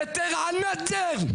מטר על מטר.